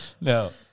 No